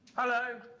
hello.